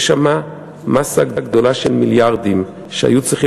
יש שם מאסה גדולה של מיליארדים שהיו צריכים